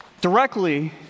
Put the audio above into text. Directly